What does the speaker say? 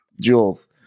jules